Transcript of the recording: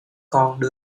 con